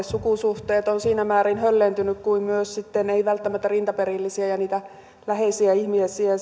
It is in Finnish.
sukusuhteet ovat siinä määrin höllentyneet kuin myös sitten ei välttämättä siitä lähiympäristöstä löydy rintaperillisiä ja niitä läheisiä ihmisiä